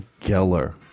Geller